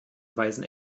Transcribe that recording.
weisen